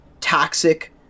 toxic